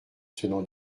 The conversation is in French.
tenant